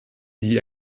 die